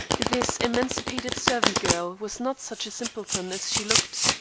this emancipated servant girl was not such a simpleton as she looked.